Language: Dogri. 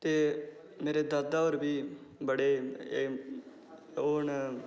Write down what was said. ते मेरे दादा होर बी बड़े ओह् न